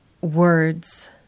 words